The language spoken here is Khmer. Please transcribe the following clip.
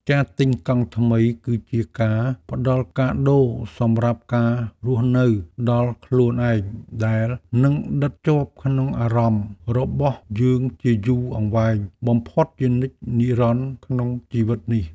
ការទិញកង់ថ្មីគឺជាការផ្ដល់កាដូសម្រាប់ការរស់នៅដល់ខ្លួនឯងដែលនឹងដិតជាប់ក្នុងអារម្មណ៍របស់យើងជាយូរអង្វែងបំផុតជានិច្ចនិរន្តរ៍ក្នុងជីវិតនេះ។